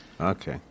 Okay